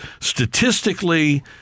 statistically